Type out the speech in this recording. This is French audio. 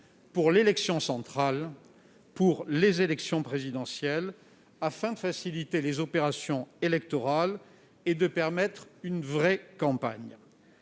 pour l'élection centrale, l'élection présidentielle, afin de faciliter les opérations électorales et de permettre une véritable campagne